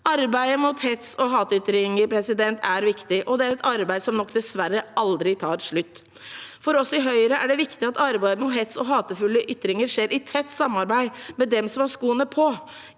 Arbeidet mot hets og hatytringer er viktig, og det er et arbeid som nok dessverre aldri tar slutt. For oss i Høyre er det viktig at arbeidet mot hets og hatefulle ytringer skjer i tett samarbeid med dem som har skoene på